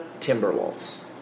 Timberwolves